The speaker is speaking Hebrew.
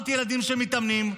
700 ילדים שמתאמנים,